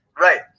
Right